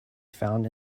found